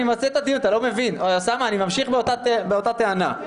אני ממשיך באותה טענה.